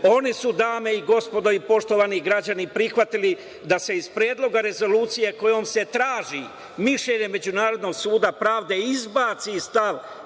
Oni su, dame i gospodo i poštovani građani, prihvatili da se iz predloga Rezolucije kojom se traži mišljenje Međunarodnog suda pravde izbaci stav